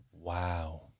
Wow